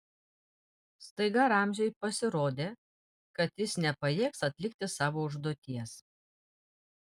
staiga ramziui pasirodė kad jis nepajėgs atlikti savo užduoties